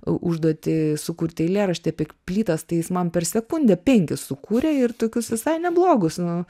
užduotį sukurti eilėraštį apie plytas tai jis man per sekundę penkis sukūrė ir tokius visai neblogus nu